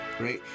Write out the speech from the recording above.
Right